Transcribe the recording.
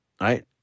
right